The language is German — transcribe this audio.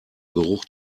geruch